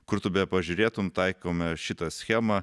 kur tu me pažiūrėtum taikome šitą schemą